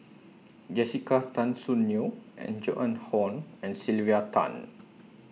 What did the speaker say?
Jessica Tan Soon Neo and Joan Hon and Sylvia Tan